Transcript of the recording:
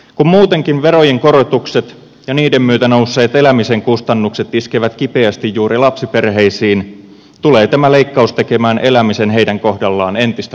kun muutenkin verojen korotukset ja niiden myötä nousseet elämisen kustannukset iskevät kipeästi juuri lapsiperheisiin tulee tämä leikkaus tekemään elämisen heidän kohdallaan entistä vaikeammaksi